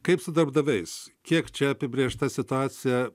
kaip su darbdaviais kiek čia apibrėžta situacija